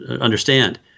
understand